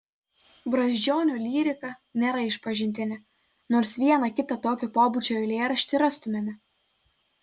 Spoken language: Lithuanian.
brazdžionio lyrika nėra išpažintinė nors vieną kitą tokio pobūdžio eilėraštį rastumėme